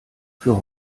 für